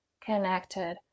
connected